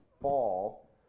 fall